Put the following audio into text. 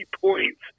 points